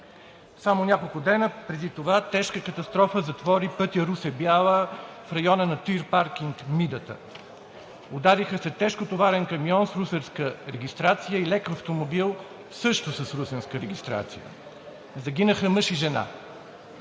Само няколко дни преди това тежка катастрофа затвори пътя Русе – Бяла в района на ТИР Паркинг „Мидата“. Удариха се тежкотоварен камион с русенска регистрация и лек автомобил също с русенска регистрация – загинаха мъж и жена.